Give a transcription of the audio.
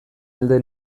alde